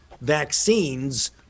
vaccines